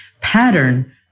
pattern